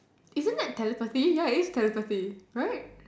isn't that telepathy ya it is telepathy right